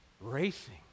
racing